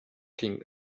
king